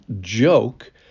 joke